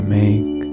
make